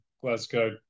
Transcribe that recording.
Glasgow